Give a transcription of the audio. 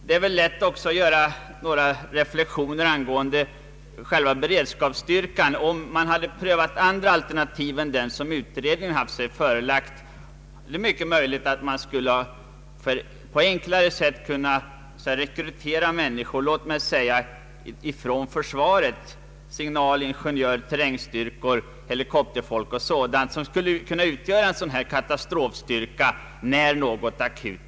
Det är också lätt att göra några reflexioner beträffande själva beredskapsstyrkan. Om andra alternativ än de utredningen haft sig förelagda hade prövats är det mycket möjligt att man på ett enklare sätt hade kunnat rekrytera människor från försvaret — Ssignal-, ingenjörsoch terrängstyrkor, helikopterfolk m.fl. — vilka skulle kunna utgöra en katastrofstyrka.